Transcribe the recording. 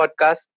podcast